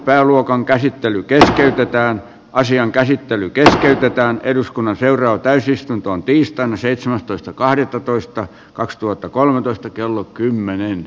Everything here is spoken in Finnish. pääluokan ja asian käsittely keskeytetään eduskunnan seuraa täysistuntoon tiistaina seitsemästoista kahdettatoista kaksituhattakolmetoista kello kymmenen